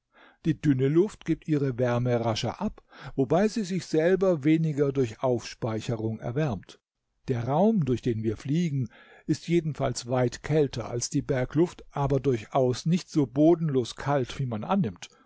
die dünne luft gibt ihre wärme rascher ab wobei sie sich selber weniger durch aufspeicherung erwärmt der raum durch den wir fliegen ist jedenfalls weit kälter als die bergluft aber durchaus nicht so bodenlos kalt wie man annimmt